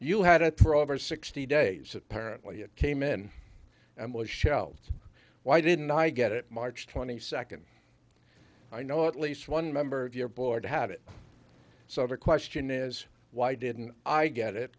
over sixty days apparently it came in and was shelved why didn't i get it march twenty second i know at least one member of your board had it so the question is why didn't i get it